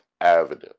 Avenue